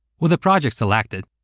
with the project selected,